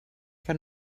que